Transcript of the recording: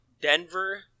Denver